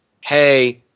hey